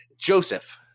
Joseph